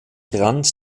rand